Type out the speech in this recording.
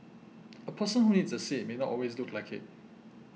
a person who needs a seat may not always look like it